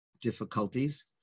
difficulties